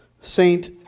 Saint